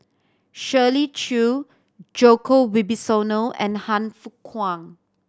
Shirley Chew Djoko Wibisono and Han Fook Kwang